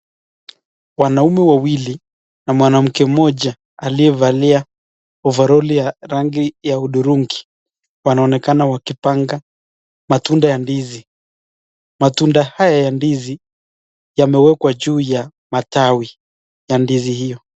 Wanaume wawili na mwanamke mmoja aliyevalia ovaroli ya rangi ya hudhurungi, wanaonekana wakipanga matunda ya ndizi, matunda haya ya ndizi yamewekwa juu ya matawi ya ndizi hiyo.